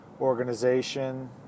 organization